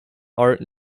art